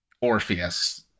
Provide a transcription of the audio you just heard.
Orpheus